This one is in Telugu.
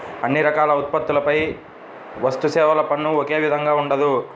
అన్ని రకాల ఉత్పత్తులపై వస్తుసేవల పన్ను ఒకే విధంగా ఉండదు